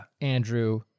Andrew